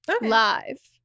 live